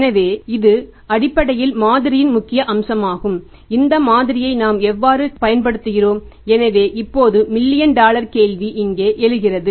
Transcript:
எனவே இது அடிப்படையில் மாதிரியின் முக்கிய அம்சமாகும் இந்த மாதிரியை நாம் எவ்வாறு பயன்படுத்துகிறோம் எனவே இப்போது மில்லியன் டாலர் கேள்வி இங்கே எழுகிறது